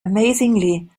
amazingly